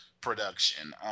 production